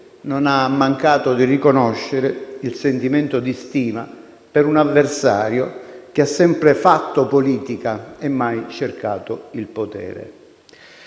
non ha mancato di riconoscere il sentimento di stima per un avversario che ha sempre fatto politica e mai cercato il potere.